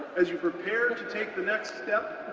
as you prepare to take the next step,